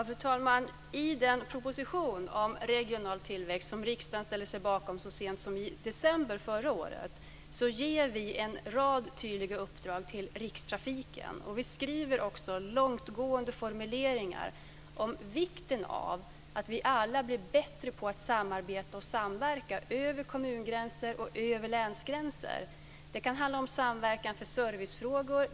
Fru talman! I den proposition om regional tillväxt som riksdagen ställde sig bakom så sent som i december förra året ger vi en rad tydliga uppdrag till Rikstrafiken, och vi skriver också långtgående formuleringar om vikten av att vi alla blir bättre på att samarbeta och samverka över kommungränser och över länsgränser. Det kan handla om samverkan för servicefrågor.